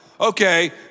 Okay